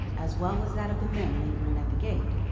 as well as that of the men lingering at the gate,